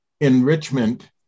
Enrichment